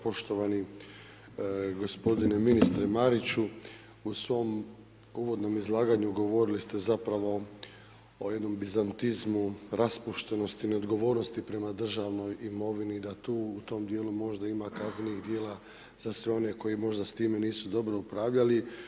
Poštovani gospodine ministre Mariću, u svom uvodnom izlaganju govorili ste zapravo o jednom bizantizmu, raspuštenosti, neodgovornosti prema državnoj imovini i da tu u tom dijelu možda ima kaznenih djela za sve one koji možda s time nisu dobro upravljali.